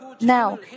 Now